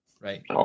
right